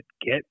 get